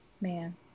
man